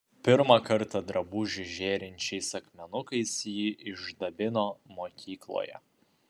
pirmą kartą drabužį žėrinčiais akmenukais ji išdabino mokykloje